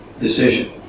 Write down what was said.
decision